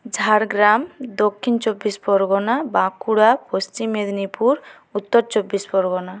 Jhargram Dakshin Chabbish Parganas Bankura Paschim Medinipur Uttar Chabbish Pargana